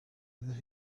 that